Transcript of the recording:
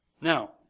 Now